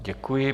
Děkuji.